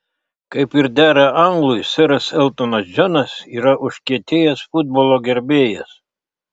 kaip ir dera anglui seras eltonas džonas yra užkietėjęs futbolo gerbėjas